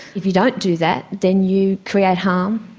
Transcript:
if you don't do that then you create harm,